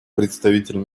представитель